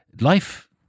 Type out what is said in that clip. life